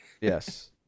Yes